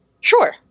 Sure